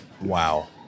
Wow